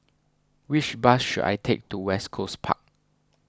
which bus should I take to West Coast Park